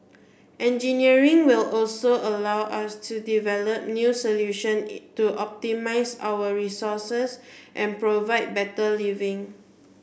engineering will also allow us to develop new solution in to optimise our resources and provide better living